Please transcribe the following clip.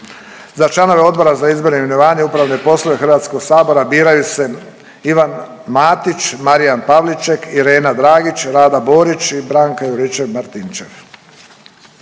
Za članove Odbora za izbor, imenovanje i upravne poslove Hrvatskog sabora biraju se Ivan Matić, Marijan Pavliček, Irena Dragić, Rada Borić i Branka Juričev Martinčev.